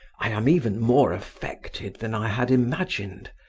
i am even more affected than i had imagined.